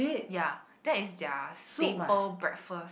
ya that is their staple breakfast